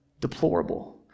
Deplorable